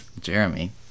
Jeremy